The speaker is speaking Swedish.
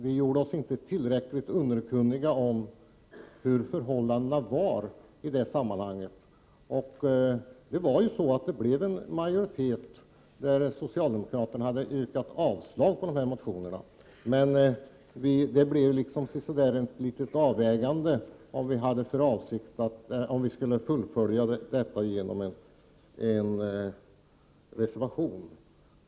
Vi gjorde oss inte tillräckligt underkunniga om hur förhållandena var i det sammanhanget. Det bildades en majoritet när socialdemokraterna hade yrkat avslag på motionerna, och vi övervägde om vi skulle fullfölja vår linje i en reservation.